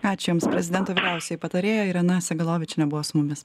ačiū jums prezidento vyriausioji patarėja irena segalovičienė buvo su mumis